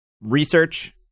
research